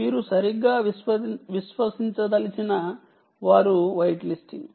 మీరు సరిగ్గా విశ్వసించదలిచిన వారు వైట్ లిస్టింగ్